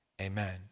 amen